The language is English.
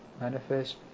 manifest